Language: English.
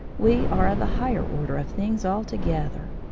we are of a higher order of things altogether.